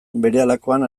berehalakoan